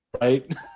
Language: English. right